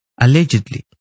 Allegedly